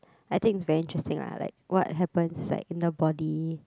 I think it's very interesting ah like what happens like in the body